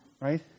Right